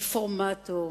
רפורמטור,